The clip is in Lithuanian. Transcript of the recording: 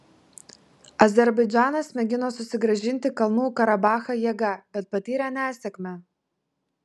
azerbaidžanas mėgino susigrąžinti kalnų karabachą jėga bet patyrė nesėkmę